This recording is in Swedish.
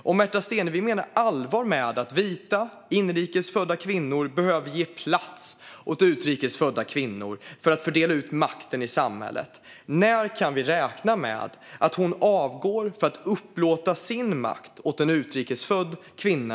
Om Märta Stenevi menar allvar med att vita inrikesfödda kvinnor behöver ge plats åt utrikesfödda kvinnor för att fördela makten i samhället undrar jag när vi kan räkna med att hon avgår för att i stället upplåta sin makt åt en utrikesfödd kvinna.